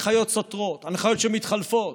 הנחיות סותרות, הנחיות שמתחלפות,